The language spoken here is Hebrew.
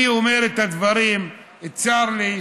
אני אומר את הדברים וצר לי.